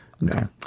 No